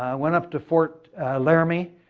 went up to fort laramie,